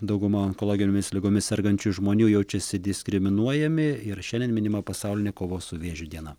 dauguma onkologinėmis ligomis sergančių žmonių jaučiasi diskriminuojami ir šiandien minima pasaulinė kovos su vėžiu diena